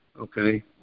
Okay